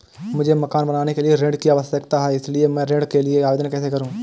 मुझे मकान बनाने के लिए ऋण की आवश्यकता है इसलिए मैं ऋण के लिए आवेदन कैसे करूं?